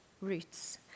roots